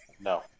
No